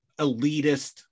elitist